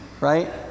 right